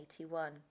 1981